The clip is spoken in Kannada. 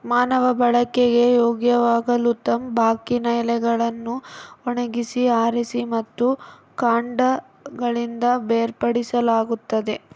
ಮಾನವ ಬಳಕೆಗೆ ಯೋಗ್ಯವಾಗಲುತಂಬಾಕಿನ ಎಲೆಗಳನ್ನು ಒಣಗಿಸಿ ಆರಿಸಿ ಮತ್ತು ಕಾಂಡಗಳಿಂದ ಬೇರ್ಪಡಿಸಲಾಗುತ್ತದೆ